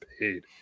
paid